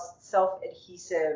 self-adhesive